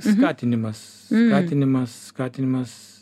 skatinimas skatinimas skatinimas